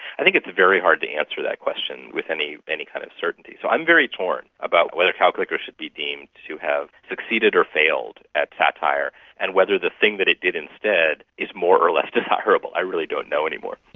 i think it's very hard to answer that question with any any kind of certainty. so i'm very torn about whether cow clicker should be deemed to have succeeded or failed at satire and whether the thing that it did instead is more or less desirable, i really don't know any more.